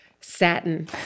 satin